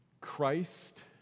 Christ